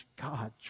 God